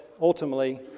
ultimately